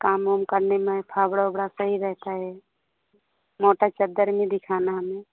काम उम करने में फ़ावड़ा उवड़ा सही रहता है मोटी चादर में दिखाना हमें